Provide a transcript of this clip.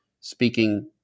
speaking